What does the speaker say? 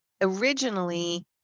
originally